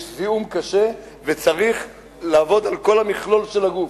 יש זיהום קשה וצריך לעבוד על כל המכלול של הגוף.